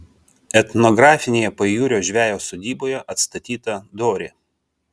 etnografinėje pajūrio žvejo sodyboje atstatyta dorė